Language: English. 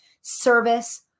Service